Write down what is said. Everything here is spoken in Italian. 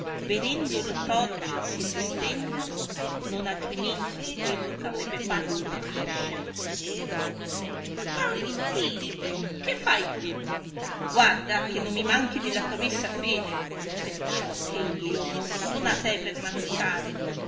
vedendolo torgersi e distendersi non altrimenti di quello eh arrebbe fatto una biscia disse panfilio che fai tu guarda che non mi manchi della promessa fede perciò che io non son a te per mancare